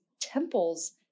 temples